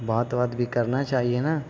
بات وات بھی کرنا چاہیے نا